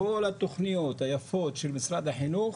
כל התוכניות היפות של משרד החינוך,